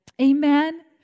amen